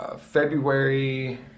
february